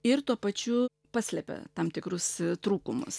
ir tuo pačiu paslepia tam tikrus trūkumus